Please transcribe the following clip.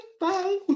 bye